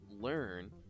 learn